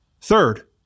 Third